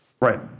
Right